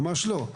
ממש לא.